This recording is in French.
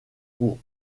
pour